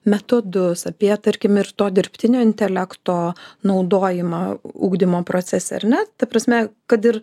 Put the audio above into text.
metodus apie tarkim ir to dirbtinio intelekto naudojimą ugdymo procese ar ne ta prasme kad ir